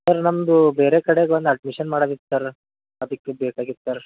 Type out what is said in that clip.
sir ನಮ್ಮದು ಬೇರೆ ಕಡೆಗೆ ಒಂದು ಅಡ್ಮಿಷನ್ ಮಾಡೋದಿತ್ತು ಸರ್ ಅದಕ್ಕೆ ಬೇಕಾಗಿತ್ತು ಸರ್